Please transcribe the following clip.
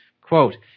Quote